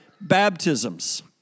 baptisms